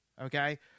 Okay